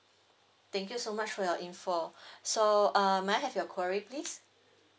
thank you so much for your info so err may I have your query please